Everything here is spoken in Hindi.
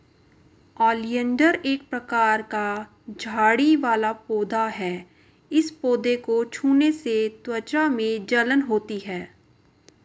ओलियंडर एक प्रकार का झाड़ी वाला पौधा है इस पौधे को छूने से त्वचा में जलन होती है